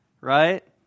right